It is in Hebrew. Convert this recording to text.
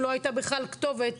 לא הייתה בכלל כתובת,